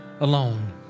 alone